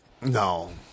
No